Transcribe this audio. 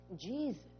Jesus